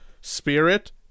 Spirit